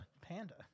Panda